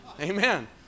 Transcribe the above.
Amen